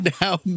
now